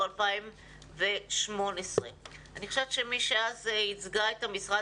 2019. אני חושב שמי שאז ייצגה את המשרד,